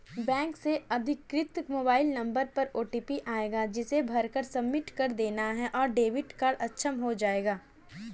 bank से अधिकृत mobile number पर ओटीपी आएगा जिसे भरकर सबमिट कर देना है और डेबिट कार्ड अक्षम हो जाएगा